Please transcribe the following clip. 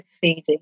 feeding